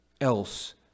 else